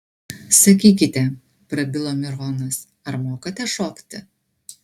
sakykite prabilo mironas ar mokate šokti